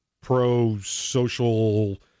pro-social